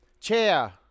Chair